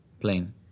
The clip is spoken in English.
Plain